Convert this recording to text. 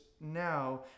now